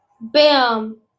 Bam